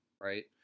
Right